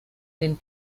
den